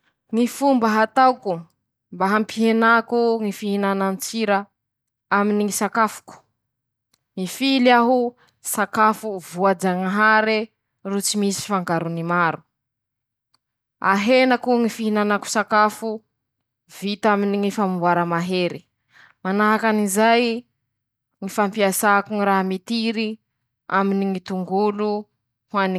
Laha zaho ro tsy maintsy mandinga sakafo maray na sakafo midy na sakafo hariva añatiny ñy heri-tao, aleoko tsy mihinan-kany maray, zay ñy safidîko zay, zaho maharitse tsy homan-kany maray fa ñy tsy hihinan-kany midy noho ñy tsy ihinan-kany hariva tsy zakany ñy vavoniko.